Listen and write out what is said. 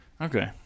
okay